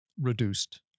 reduced